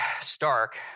stark